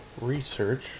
research